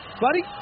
buddy